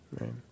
Right